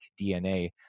DNA